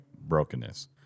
brokenness